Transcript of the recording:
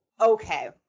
Okay